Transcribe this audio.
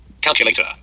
calculator